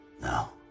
Now